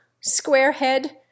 Squarehead